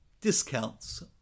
discounts